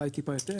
אולי טיפה יותר,